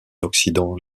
oxydant